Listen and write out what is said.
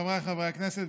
חבריי חברי הכנסת,